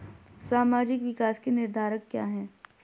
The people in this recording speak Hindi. सामाजिक विकास के निर्धारक क्या है?